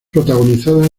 protagonizada